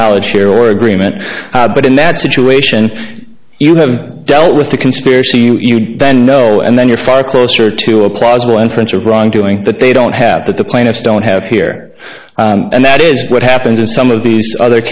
knowledge share or agreement but in that situation you have dealt with the conspiracy you know and then you're far closer to a plausible entrance of wrongdoing that they don't have that the plaintiffs don't have here and that is what happens in some of these other